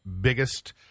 biggest